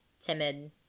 timid